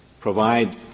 provide